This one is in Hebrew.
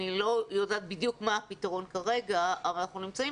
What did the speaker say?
אני לא יודעת בדיוק מה הפתרון כרגע אבל אנחנו נמצאים